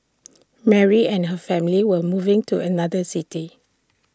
Mary and her family were moving to another city